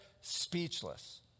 speechless